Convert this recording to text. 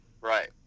Right